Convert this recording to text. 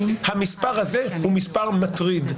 המספר הזה הוא מספר מטריד.